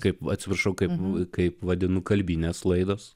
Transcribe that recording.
kaip atsiprašau kaip kaip vadinu kalbinės laidos